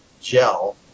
gel